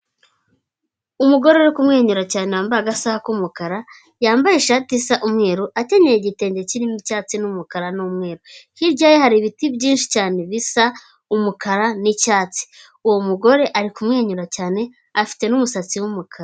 Umugore uri kumwenyura cyane wambaye agasaha k'umukara, yambaye ishati isa umweru, akenyeye igitenge kirimo icyatsi n'umukara n'umweru. Hirya ye hari ibiti byinshi cyane bisa umukara n'icyatsi, uwo mugore ari kumwenyura cyane afite n'umusatsi w'umukara.